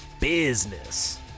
business